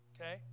okay